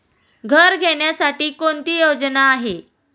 घर घेण्यासाठी कोणती योजना आहे?